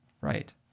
Right